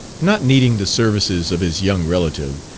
not needing the services of his young relative,